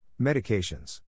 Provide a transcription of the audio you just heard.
Medications